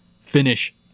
finish